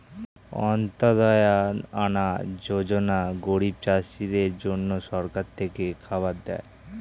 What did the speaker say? অন্ত্যদায়া আনা যোজনা গরিব চাষীদের জন্য সরকার থেকে খাবার দেয়